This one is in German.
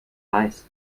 weiß